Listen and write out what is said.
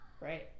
right